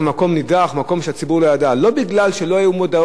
לא כי לא היתה מודעות לחנות הזאת,